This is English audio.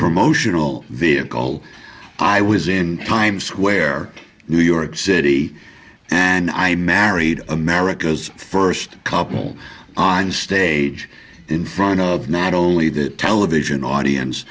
promotional vehicle i was in times square new york city and i married america's first couple on stage in front of not only the television audience